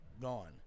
gone